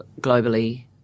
globally